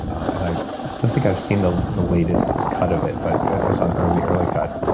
and i don't think i've seen the the latest cut of it but i saw an early early cut.